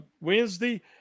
Wednesday